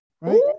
right